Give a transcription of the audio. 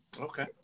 Okay